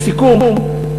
לסיכום,